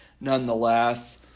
nonetheless